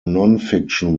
nonfiction